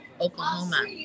Oklahoma